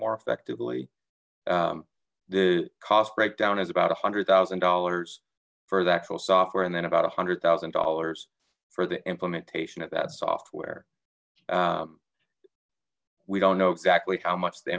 more effectively the cost breakdown is about a hundred thousand dollars for the actual software and then about a hundred thousand dollars for the implementation of that software we don't know exactly how much the